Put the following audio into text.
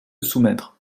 soumettre